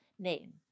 name